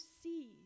see